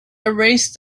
erased